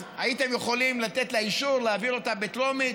אז הייתם יכולים לתת אישור להעביר אותה בטרומית,